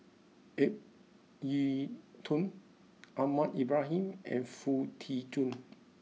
Ip Yiu Tung Ahmad Ibrahim and Foo Tee Jun